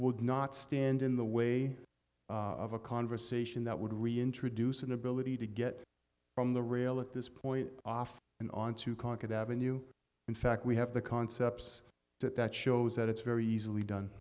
would not stand in the way of a conversation that would reintroduce an ability to get from the rail at this point off and on to concord ave in fact we have the concepts that that shows that it's very easily done